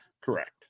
Correct